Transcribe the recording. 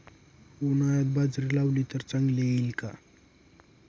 उन्हाळ्यात बाजरी लावली तर चांगली येईल का?